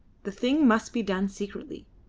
the thing must be done secretly.